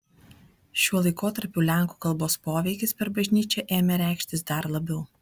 šiuo laikotarpiu lenkų kalbos poveikis per bažnyčią ėmė reikštis dar labiau